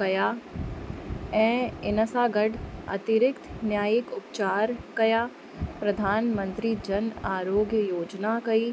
कया ऐं हिन सां गॾु अतिरिक्त न्यायिक उपचार कया प्रधानमंत्री जन आरोग्य योजिना कई